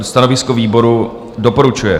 Stanovisko výboru: doporučuje.